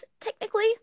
technically